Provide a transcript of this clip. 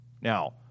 Now